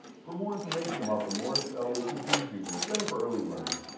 for more information about the morris l. lichtenstein junior center for early learning,